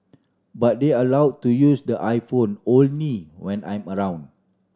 but they are allow to use the iPhone only when I'm around